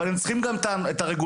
אבל גם הם צריכים את הרגולציה,